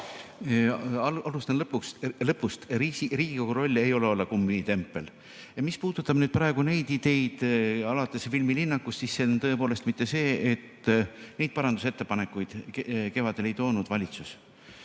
Alustan lõpust. Riigikogu roll ei ole olla kummitempel. Mis puudutab nüüd praegu neid ideid, alates filmilinnakust, siis tõepoolest neid parandusettepanekuid kevadel ei toonud valitsus.